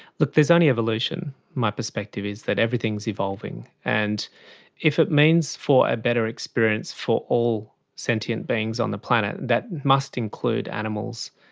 look, there's only evolution. my perspective is that everything is evolving. and if it means for a better experience for all sentient beings on the planet, and that must include animals,